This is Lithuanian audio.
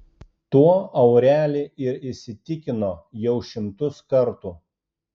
tuo aureli ir įsitikino jau šimtus kartų